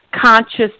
conscious